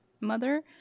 mother